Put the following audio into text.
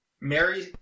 Mary